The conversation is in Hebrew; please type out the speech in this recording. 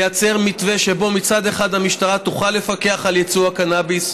לייצר מתווה שבו מצד אחד המשטרה תוכל לפקח על ייצוא הקנאביס,